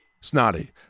Snotty